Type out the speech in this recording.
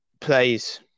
plays